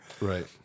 Right